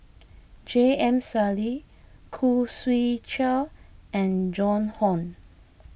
J M Sali Khoo Swee Chiow and Joan Hon